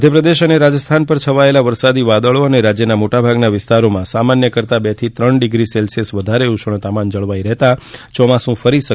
મધ્યપ્રદેશ અને રાજસ્થાન પર છવાયેલાં વરસાદી વાદળો અને રાજ્યના મોટાભાગના વિસ્તારોમાં સામાન્ય કરતાં બે થી ત્રણ ડિગ્રી સેલ્સિયસ વધારે ઉષ્ણતામાન જળવાઇ રહેતાં ચોમાસુ ફરી સક્રિય બન્યું છે